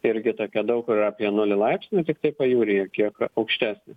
irgi tokia daug kur apie nulį laipsnių tiktai pajūryje kiek aukštesnė